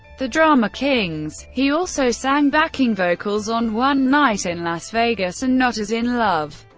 the drama kings he also sang backing vocals on one night in las vegas and not as in love.